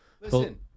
Listen